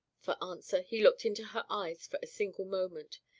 for answer he looked into her eyes for a single moment.